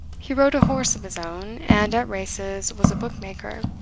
he rode a horse of his own, and at races was a bookmaker.